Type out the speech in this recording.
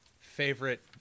Favorite